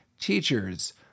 teachers